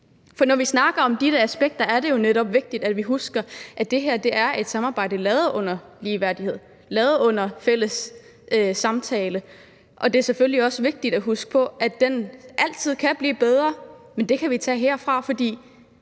For når vi snakker om de der aspekter, er det jo netop vigtigt, at vi husker, at det her er et samarbejd lavet i ligeværdighed og fælles samtale. Og det er selvfølgelig også vigtigt at huske på, at den altid kan blive bedre, men det kan vi tage herfra, for